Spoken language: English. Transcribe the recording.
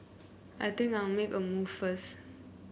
I think I'll make a move first